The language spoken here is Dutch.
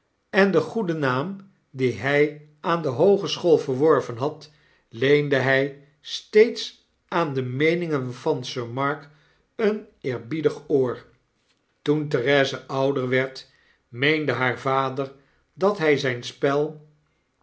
en den goeden naam dien hy aan de hoogeschool verworven had leende hy steeds aan de meeningen van sir mark een eerbiedig oor toen therese ouder werd meende haar vader dat hij zyn